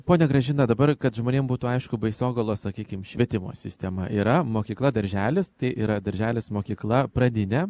ponia gražina dabar kad žmonėm būtų aišku baisogalos sakykim švietimo sistema yra mokykla darželis tai yra darželis mokykla pradinė